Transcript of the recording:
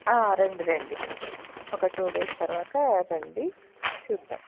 రండి రండి ఒక టూ డేస్ తర్వాత రండి చూద్దాం